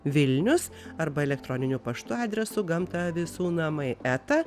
vilnius arba elektroniniu paštu adresu gamta visų namai eta